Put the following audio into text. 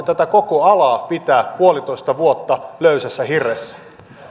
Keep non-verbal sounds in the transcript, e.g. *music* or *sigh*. *unintelligible* tätä koko alaa pitää puolitoista vuotta löysässä hirressä